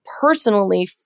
personally